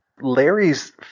larry's